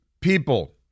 people